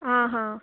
आं हां